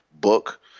book